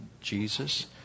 Jesus